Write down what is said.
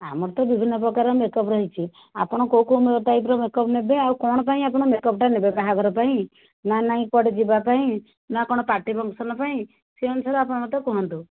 ଆମର ତ ବିଭିନ୍ନପ୍ରକାର ମେକଅପ୍ ରହିଛି ଆପଣ କେଉଁ କେଉଁ ଟାଇପ୍ର ମେକଅପ୍ ନେବେ ଆଉ କ'ଣ ପାଇଁ ଆପଣ ମେକଅପ୍ଟା ନେବେ ବାହାଘରପାଇଁ ନା ନାହିଁ କୁଆଡ଼େ ଯିବାପାଇଁ ନା କ'ଣ ପାର୍ଟି ଫଙ୍କସନ ପାଇଁ ସେ ଅନୁସାରେ ଆପଣ ମୋତେ କୁହନ୍ତୁ